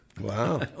Wow